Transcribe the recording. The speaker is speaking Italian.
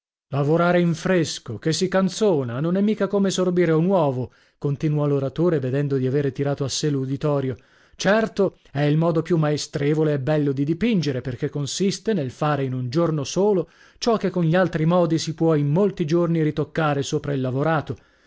lavorare in fresco che si canzona non è mica come sorbire un uovo continuò l'oratore vedendo di avere tirato a sè l'uditorio certo è il modo più maestrevole e bello di dipingere perchè consiste nel fare in un giorno solo ciò che con gli altri modi si può in molti giorni ritoccare sopra il lavorato